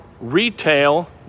retail